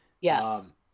Yes